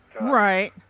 right